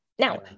Now